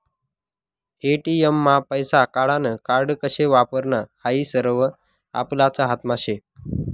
ATM मा पैसा काढानं कार्ड कशे वापरानं हायी सरवं आपलाच हातमा शे